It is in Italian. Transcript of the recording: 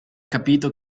capito